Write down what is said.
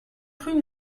rue